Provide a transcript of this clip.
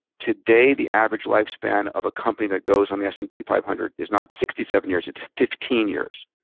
today the average lifespan of a company that goes on the s and p five hundred is not sixty seven years, it's fifteen years.